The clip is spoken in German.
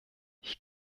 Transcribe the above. ich